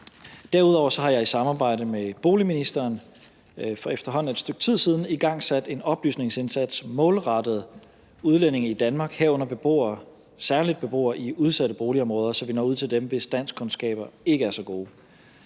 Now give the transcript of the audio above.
Derudover har jeg i samarbejde med boligministeren for efterhånden et stykke tid siden igangsat en oplysningsindsats målrettet udlændinge i Danmark, herunder særlig beboere i udsatte boligområder, så vi når ud til dem, hvis danskkundskaber ikke er så gode.